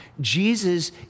Jesus